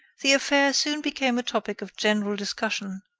the affair soon became a topic of general discussion,